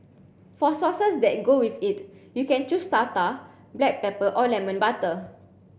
for sauces that go with it you can choose tartar black pepper or lemon butter